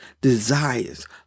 desires